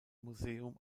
museum